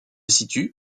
situe